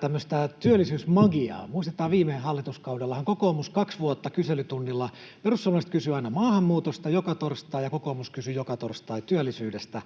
tämmöistä työllisyysmagiaa. Muistetaan, miten viime hallituskaudellahan kaksi vuotta kyselytunnilla perussuomalaiset kysyivät maahanmuutosta aina joka torstai ja kokoomus kysyi joka torstai työllisyydestä.